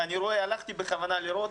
הלכתי בכוונה לראות,